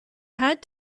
had